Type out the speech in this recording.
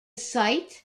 site